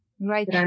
Right